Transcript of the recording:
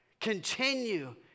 Continue